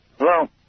Hello